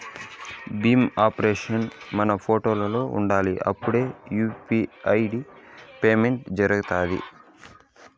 Bhim application మన ఫోనులో ఉండాలి అప్పుడే యూ.పీ.ఐ పేమెంట్స్ జరుగుతాయి